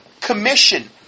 commission